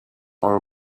our